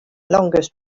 longest